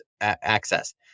access